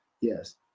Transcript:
Yes